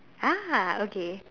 ah okay